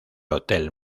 hotel